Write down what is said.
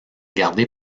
gardé